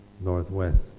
northwest